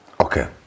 Okay